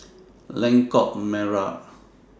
Lengkok Merak